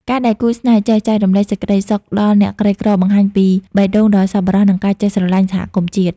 ការដែលគូស្នេហ៍ចេះ "ចែករំលែកសេចក្ដីសុខដល់អ្នកក្រីក្រ" បង្ហាញពីបេះដូងដ៏សប្បុរស និងការចេះស្រឡាញ់សហគមន៍ជាតិ។